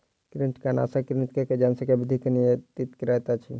कृंतकनाशक कृंतकक जनसंख्या वृद्धि के नियंत्रित करैत अछि